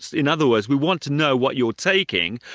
in other words we want to know what you're taking,